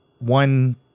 one